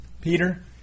Peter